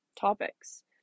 topics